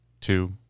two